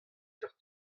seurt